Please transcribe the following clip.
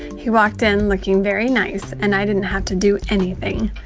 he walked in looking very nice, and i didn't have to do anything.